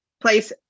place